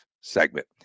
segment